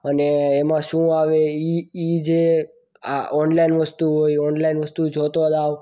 અને એમાં શું આવે એ એ જે આ ઓનલાઈન વસ્તુઓ આ ઓનલાઈન વસ્તુઓ જોતો જાવ